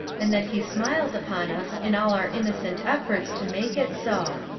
and that he smiles upon us in all our innocent efforts to make it so.